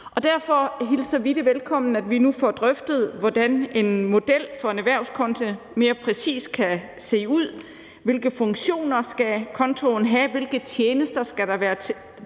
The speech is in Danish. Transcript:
Derfor hilser vi det velkommen, at vi nu får drøftet, hvordan en model for en erhvervskonto mere præcis kan se ud, hvilke funktioner kontoen skal have, hvilke tjenester der skal